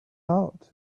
out